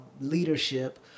leadership